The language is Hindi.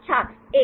छात्र 1